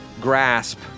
grasp